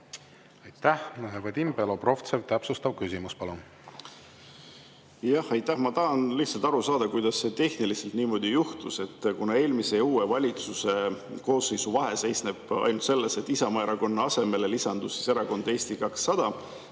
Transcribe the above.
Aitäh! Vadim Belobrovtsev, täpsustav küsimus, palun! Aitäh! Ma tahan lihtsalt aru saada, kuidas see tehniliselt niimoodi juhtus. Kuna eelmise ja uue valitsuse koosseisu vahe seisneb ainult selles, et Isamaa Erakonna asemel on erakond Eesti 200,